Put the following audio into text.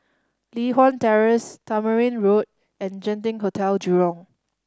Li Hwan Terrace Tamarind Road and Genting Hotel Jurong